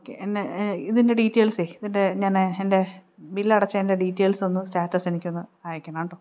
okay എന്നാൽ ഇതിൻ്റെ ഡീറ്റെയിൽസേ ഇതിൻ്റെ ഞാൻ എൻ്റെ ബില്ല് അടച്ചതിൻ്റെ ഡീറ്റെയിൽസ് ഒന്ന് സ്റ്റാറ്റസ് എനിക്കൊന്ന് അയക്കണം കേട്ടോ